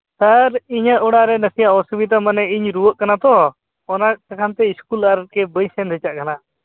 ᱥᱟᱨ ᱤᱧᱟᱹᱜ ᱚᱲᱟᱜ ᱨᱮ ᱱᱟᱥᱮᱭᱟᱜ ᱚᱥᱩᱵᱤᱫᱟ ᱢᱟᱱᱮ ᱤᱧ ᱨᱩᱣᱟᱹᱜ ᱠᱟᱱᱟ ᱛᱚ ᱚᱱᱟ ᱛᱮᱠᱷᱟᱱᱛᱮ ᱤᱥᱠᱩᱞ ᱟᱨᱠᱤ ᱵᱟᱹᱧ ᱥᱮᱱ ᱫᱟᱲᱮᱭᱟᱜ ᱠᱟᱱᱟ